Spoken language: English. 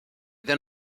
then